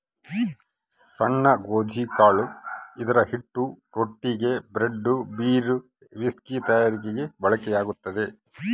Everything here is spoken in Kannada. ಸಣ್ಣ ಗೋಧಿಕಾಳು ಇದರಹಿಟ್ಟು ರೊಟ್ಟಿಗೆ, ಬ್ರೆಡ್, ಬೀರ್, ವಿಸ್ಕಿ ತಯಾರಿಕೆಗೆ ಬಳಕೆಯಾಗ್ತದ